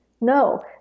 No